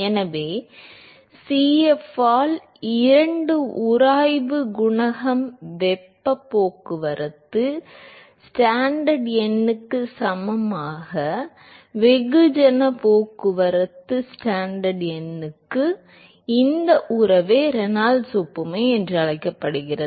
எனவே Cf ஆல் 2 உராய்வு குணகம் வெப்பப் போக்குவரத்து ஸ்டாண்டன் எண்ணுக்குச் சமமான வெகுஜனப் போக்குவரத்து ஸ்டாண்டன் எண்ணுக்குச் சமமான இந்த உறவே ரெனால்ட்ஸ் ஒப்புமை என அழைக்கப்படுகிறது